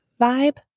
vibe